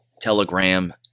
Telegram